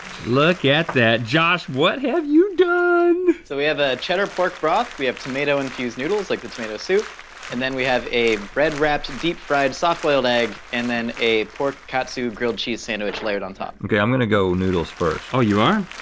look at that. josh, what have you done? so we have a cheddar pork broth. we have tomato-infused noodles like with tomato soup and then we have a bread-wrapped, deep-fried soft boiled egg and then a pork katsu grilled cheese sandwich laid on top. okay i'm gonna go noodles first. oh you are?